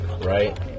right